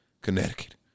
Connecticut